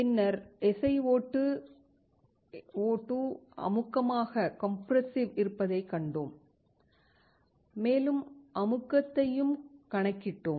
பின்னர் SiO2 அமுக்கமாக இருப்பதைக் கண்டோம் மேலும் அமுக்கத்தையும் கணக்கிட்டோம்